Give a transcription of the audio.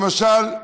למשל,